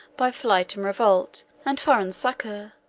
by flight, and revolt, and foreign succor,